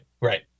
right